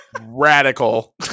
radical